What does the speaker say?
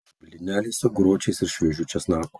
blyneliai su aguročiais ir šviežiu česnaku